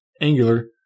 Angular